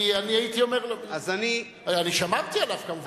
כי אני הייתי אומר לו, אני שמרתי עליו כמובן.